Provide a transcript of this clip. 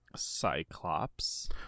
Cyclops